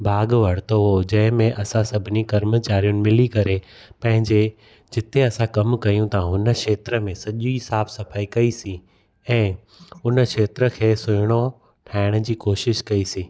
भाॻु वरितो हो जंहिं में असां सभिनी कर्मचारियुनि मिली करे पंहिंजे जिते असां कम कयूं था हुन क्षेत्र में सॼी साफ़ु सफ़ाई कईसीं ऐं उन क्षेत्र खे सुहिणो ठाहिण जी कोशिश कईसीं